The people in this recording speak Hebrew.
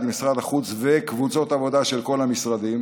משרד החוץ וקבוצות עבודה של כל המשרדים